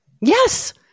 Yes